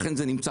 ולכן זה נמצא,